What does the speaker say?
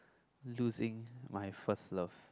losing my first love